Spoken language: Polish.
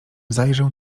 zajrzę